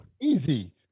Easy